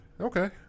Okay